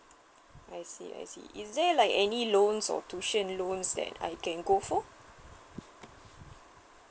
I see I see is there like any loan or tuition loans that I can go for